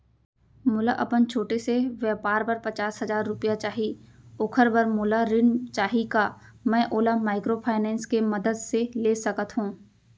मोला अपन छोटे से व्यापार बर पचास हजार रुपिया चाही ओखर बर मोला ऋण चाही का मैं ओला माइक्रोफाइनेंस के मदद से ले सकत हो?